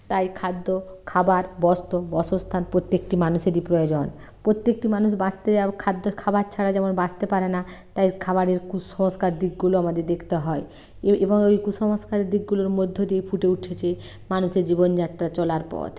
তাই খাদ্য খাবার বস্ত্র বসস্থান প্রত্যেকটি মানুষেরই প্রয়োজন প্রত্যেকটি মানুষ বাঁচতে যা হোক খাদ্য খাবার ছাড়া যেমন বাঁচতে পারে না তাই খাবারের কুসংস্কার দিকগুলো আমাদের দেখতে হয় এ এবং ওই কুসংস্কারের দিকগুলোর মধ্য দিয়ে ফুটে উঠেছে মানুষের জীবনযাত্রা চলার পথ